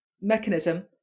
mechanism